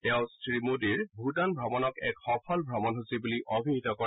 তেওঁ শ্ৰীমোদীৰ ভূটান ভ্ৰমণক এক সফল ভ্ৰমণসূচী বুলি অভিহিত কৰে